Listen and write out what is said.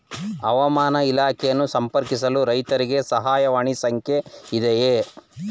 ಹವಾಮಾನ ಇಲಾಖೆಯನ್ನು ಸಂಪರ್ಕಿಸಲು ರೈತರಿಗೆ ಸಹಾಯವಾಣಿ ಸಂಖ್ಯೆ ಇದೆಯೇ?